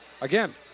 Again